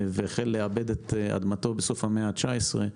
לעבד את אדמתו בסוף המאה ה-19.